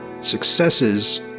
successes